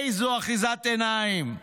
איזו אחיזת עיניים,